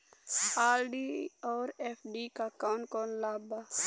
RD और FD क कौन कौन लाभ बा?